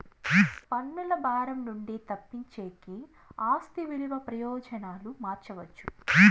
పన్నుల భారం నుండి తప్పించేకి ఆస్తి విలువ ప్రయోజనాలు మార్చవచ్చు